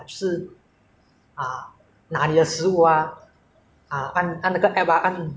ah 按按那个 app ah settled lah 拿拿拿了后然后出去送给你的客人